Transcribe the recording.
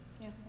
Yes